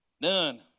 None